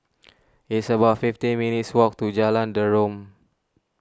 it's about fifteen minutes' walk to Jalan Derum